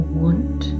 want